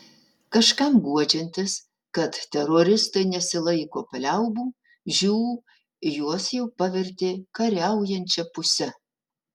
kažkam guodžiantis kad teroristai nesilaiko paliaubų žiū juos jau pavertė kariaujančia puse